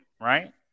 right